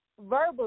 verbally